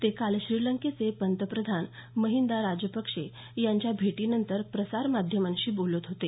ते काल श्रीलंकेचे पंतप्रधान महिंदा राजपक्षे यांच्या भेटीनंतर प्रसार माध्यमांशी बोलत होते